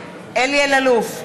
אלי אלאלוף,